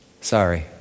Sorry